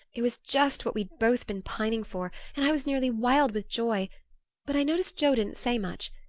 it was just what we'd both been pining for and i was nearly wild with joy but i noticed joe didn't say much.